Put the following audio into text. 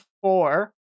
four